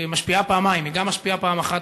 שמשפיעה פעמיים: היא גם משפיעה פעם אחת,